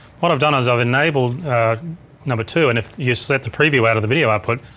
what i've done is i've enabled number two and if you set the preview out of the video output,